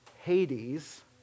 Hades